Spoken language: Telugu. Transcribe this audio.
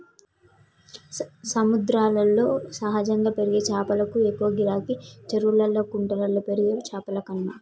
సముద్రాల్లో సహజంగా పెరిగే చాపలకు ఎక్కువ గిరాకీ, చెరువుల్లా కుంటల్లో పెరిగే చాపలకన్నా